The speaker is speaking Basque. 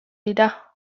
dira